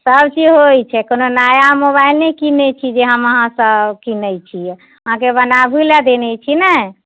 सब चीज होइत छै कोनो नया मोबाइल नहि कीनैत छी जे हम अहाँसँ कीनैत छी अहाँकेँ बनाबे लऽ देने छी ने